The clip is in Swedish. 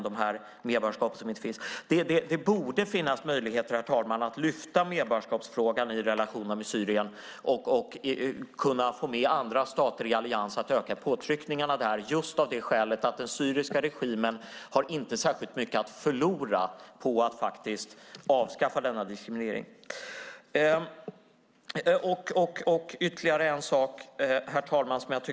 Det borde, herr talman, vara möjligt att lyfta upp medborgarskapsfrågan i relationerna med Syrien och kunna få med andra stater för att öka påtryckningarna just av det skälet att den syriska regimen inte har särskilt mycket att förlora på att avskaffa denna diskriminering. Herr talman!